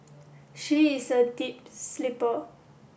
she is a deep sleeper